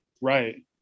Right